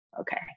Okay